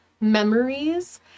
memories